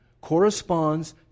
corresponds